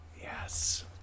Yes